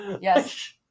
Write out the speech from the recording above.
Yes